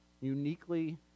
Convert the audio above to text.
uniquely